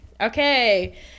Okay